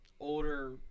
older